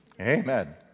Amen